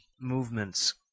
movements